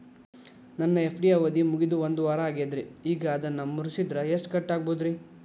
ನನ್ನ ಎಫ್.ಡಿ ಅವಧಿ ಮುಗಿದು ಒಂದವಾರ ಆಗೇದ್ರಿ ಈಗ ಅದನ್ನ ಮುರಿಸಿದ್ರ ಎಷ್ಟ ಕಟ್ ಆಗ್ಬೋದ್ರಿ?